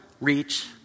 reach